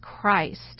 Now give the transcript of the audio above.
Christ